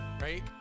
right